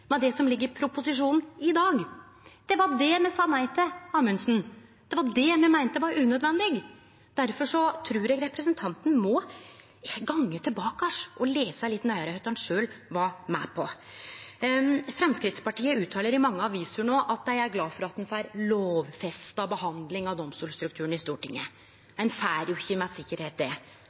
med det som ligg i proposisjonen i dag. Det var det me sa nei til, Amundsen. Det var det me meinte var unødvendig. Difor trur eg representanten må gå tilbake og lese litt nøyare kva han sjølv var med på. Framstegspartiet uttaler i mange aviser no at dei er glade for at ein får lovfesta behandling av domstolstrukturen i Stortinget. Ein får jo ikkje med sikkerheit